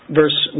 verse